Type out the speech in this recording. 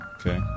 okay